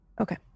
Okay